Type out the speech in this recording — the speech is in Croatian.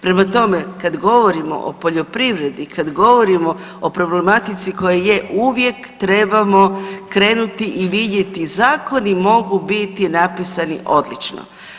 Prema tome, kad govorimo o poljoprivredi, kad govorimo o problematici koja je uvijek trebamo krenuti i vidjeti zakoni mogu biti napisani odlično.